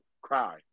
cry